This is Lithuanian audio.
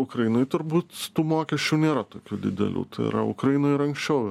ukrainoj turbūt tų mokesčių nėra tokių didelių tai yra ukrainoj ir anksčiau